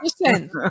Listen